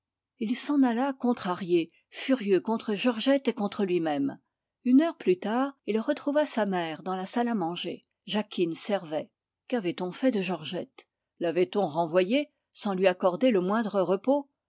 il s'en alla furieux contre georgette et contre lui-même une heure plus tard il retrouva sa mère dans la salle à manger jacquine servait quavait on fait de georgette lavait on renvoyée sans lui accorder le moindre repos